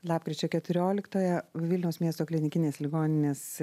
lapkričio keturioliktąją vilniaus miesto klinikinės ligoninės